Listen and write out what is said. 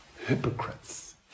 Hypocrites